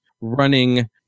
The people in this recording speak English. running